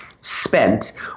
spent